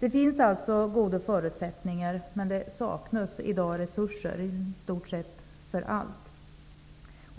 Det finns alltså goda förutsättningar, men det saknas i dag resurser för i stort sett allt.